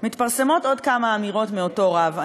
מתפרסמות עוד כמה אמירות מאותו רב.